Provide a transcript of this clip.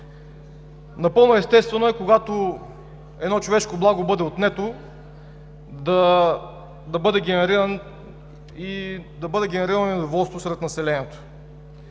Напълно естествено е, когато едно човешко благо бъде отнето, да бъде генерирано недоволство сред населението.